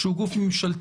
שהוא גוף ממשלתי,